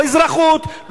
לא אזרחות,